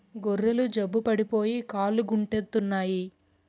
గొర్రెలు జబ్బు పడిపోయి కాలుగుంటెత్తన్నాయి